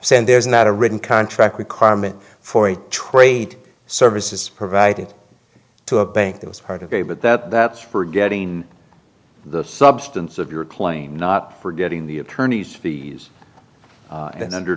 sand there's not a written contract requirement for trade services provided to a bank that was part of a but that that's forgetting the substance of your claim not forgetting the attorney's fees and under